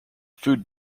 food